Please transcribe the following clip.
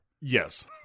Yes